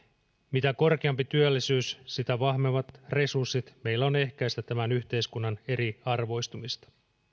mitä korkeampi työllisyys sitä vahvemmat resurssit meillä on ehkäistä tämän yhteiskunnan eriarvoistumista